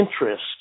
interest